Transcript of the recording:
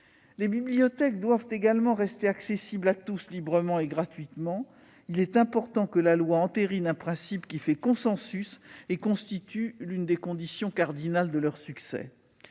Les bibliothèques doivent également rester accessibles à tous, librement et gratuitement. Il est important que la loi entérine un principe qui fait consensus et constitue l'une des conditions cardinales de leur succès.